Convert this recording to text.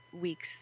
weeks